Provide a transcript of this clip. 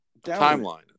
timeline